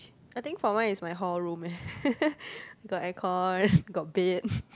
I think for mine is my hall room eh got air con got bed